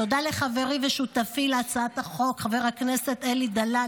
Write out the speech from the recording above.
תודה לחברי ולשותפי להצעת החוק חבר הכנסת אלי דלל,